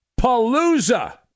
Palooza